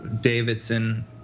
Davidson